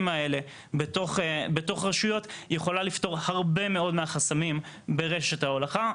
האלה בתוך רשויות יכולה לפתור הרבה מאוד מהחסמים ברשת ההולכה.